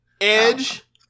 Edge